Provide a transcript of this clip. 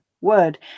word